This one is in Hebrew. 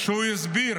והוא הסביר